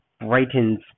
brightens